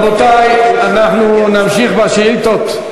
רבותי, נמשיך בשאילתות.